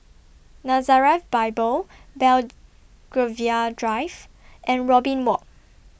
Nazareth Bible Bell Drive and Robin Walk